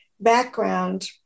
Background